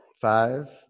Five